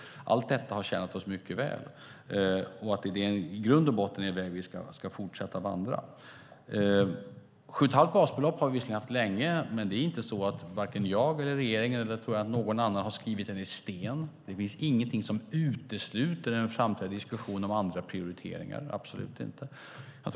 Allt detta har tjänat oss väl. Det är i grund och botten den väg vi ska fortsätta att vandra. Sju och ett halvt basbelopp har vi visserligen haft länge, men det är inte så att jag, regeringen eller någon annan har huggit beloppet i sten. Det finns ingenting som utesluter en framtida diskussion om andra prioriteringar.